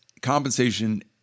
compensation